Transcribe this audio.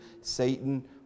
Satan